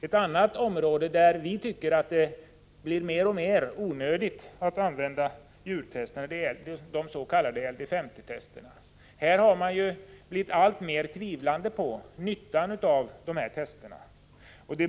Vi tycker också att det blir mer och mer onödigt att använda djurförsök i des.k. LD 50-testerna. Man har alltmer börjat tvivla på nyttan av dessa tester.